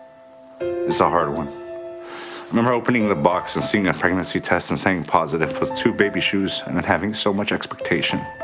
so hard one. i remember opening the box and seeing a pregnancy test and saying positive with two baby shoes and and having so much expectation,